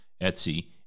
Etsy